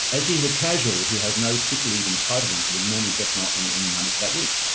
as he is a casual he has no sick leave entitlements and would normally just not earn any money for that week,